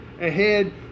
ahead